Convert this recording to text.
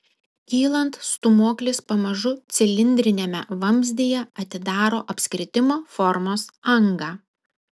kylant stūmoklis pamažu cilindriniame vamzdyje atidaro apskritimo formos angą